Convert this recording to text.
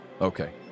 Okay